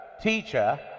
teacher